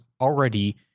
already